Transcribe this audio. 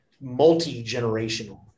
Multi-generational